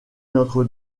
notre